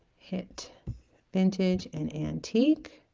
hit vintage and antique